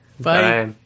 bye